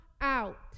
out